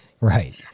right